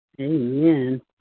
amen